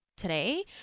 today